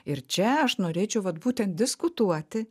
ir čia aš norėčiau vat būtent diskutuoti